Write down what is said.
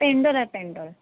पेंडॉल आहे पेंडॉल